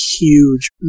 huge